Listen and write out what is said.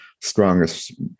strongest